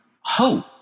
hope